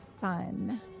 fun